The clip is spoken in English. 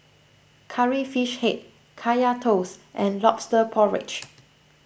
Curry Fish Head Kaya Toast and Lobster Porridge